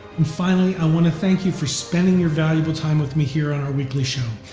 and finally i want to thank you for spending your valuable time with me here on our weekly show.